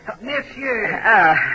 Monsieur